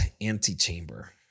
antechamber